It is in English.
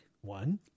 one